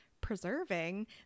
preserving